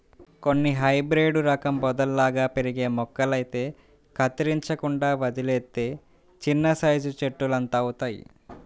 కొన్ని హైబ్రేడు రకం పొదల్లాగా పెరిగే మొక్కలైతే కత్తిరించకుండా వదిలేత్తే చిన్నసైజు చెట్టులంతవుతయ్